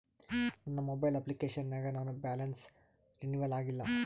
ನನ್ನ mobile application ನಾಗ ನನ್ ಬ್ಯಾಲೆನ್ಸ್ ರೀನೇವಲ್ ಆಗಿಲ್ಲ